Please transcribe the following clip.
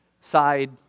side